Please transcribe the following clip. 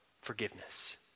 forgiveness